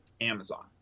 Amazon